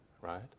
right